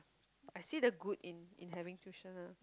I see the good in in having tuition lah